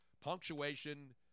punctuation